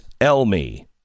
Elmi